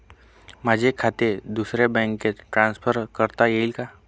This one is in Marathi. माझे खाते दुसऱ्या बँकेत ट्रान्सफर करता येईल का?